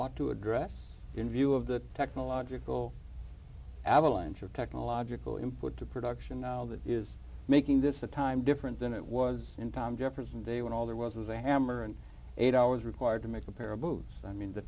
ought to address in view of the technological avalanche of technological import to production now that is making this the time different than it was in time difference day when all there was a hammer and eight hours required to make a pair of boots i mean the